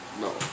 No